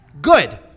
Good